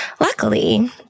Luckily